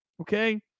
Okay